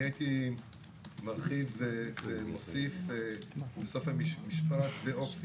אני הייתי מרחיב ומוסיף משפט: ואופי